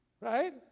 right